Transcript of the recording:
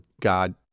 God